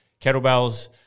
Kettlebells